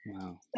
Wow